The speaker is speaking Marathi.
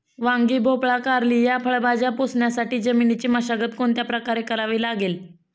वांगी, भोपळा, कारली या फळभाज्या पोसण्यासाठी जमिनीची मशागत कोणत्या प्रकारे करावी लागेल?